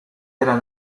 era